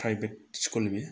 private school बियो